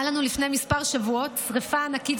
הייתה לנו לפני כמה שבועות שרפה ענקית